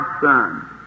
Son